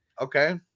okay